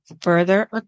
further